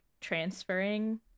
transferring